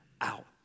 out